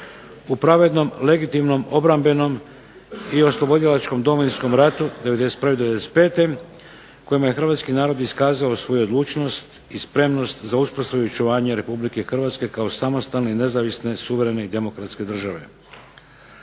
u pravednom, legitimnom, obrambenom i oslobodilačkom Domovinskom ratu '91., '95. kojima je hrvatski narod iskazao svoju odlučnost i spremnost za uspostavu i očuvanje Republike Hrvatske kao samostalne i nezavisne, suverene i demokratske države.